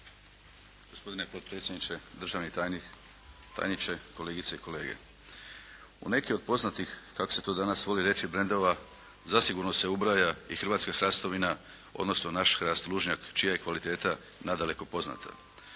hrvatska hrastovina odnosno naš hrast lužnjak čija je kvaliteta nadaleko poznata.